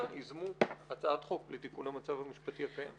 ייזמו הצעת חוק לתיקון המצב המשפטי הקיים.